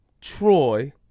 Troy